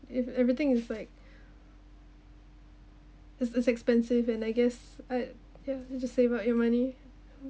if everything is like is is expensive and I guess I have to save up your money